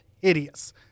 hideous